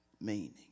meaning